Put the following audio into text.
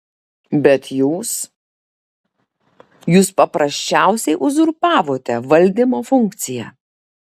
bet jūs jūs paprasčiausiai uzurpavote valdymo funkciją